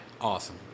Awesome